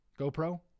GoPro